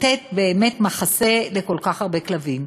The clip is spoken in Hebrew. לתת מחסה לכל כך הרבה כלבים.